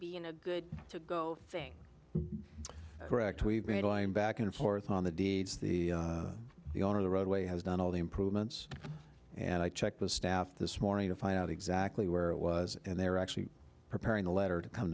being a good to go thing correct we've been going back and forth on the deeds the the owner of the roadway has done all the improvements and i checked with staff this morning to find out exactly where it was and they're actually preparing a letter to come